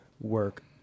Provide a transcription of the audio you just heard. work